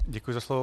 Děkuji za slovo.